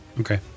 Okay